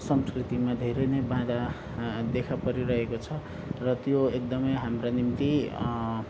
संस्कृतिमा धेरै नै बाधा देखा परिरहेको छ र त्यो एकदमै हाम्रा निम्ति